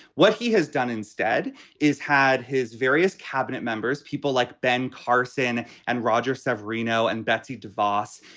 what he has done instead is had his various cabinet members, people like ben carson and roger severino and betsy davos,